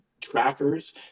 trackers